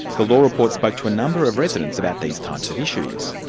the law report spoke to a number of residents about these types of issues.